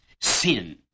sin